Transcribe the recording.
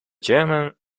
german